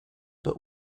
but